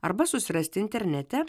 arba susirasti internete